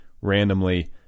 randomly